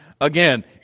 again